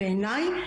בעיניי,